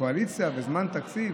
קואליציה בזמן תקציב